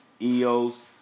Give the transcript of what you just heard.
EOS